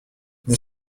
les